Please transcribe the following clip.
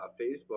Facebook